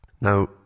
Now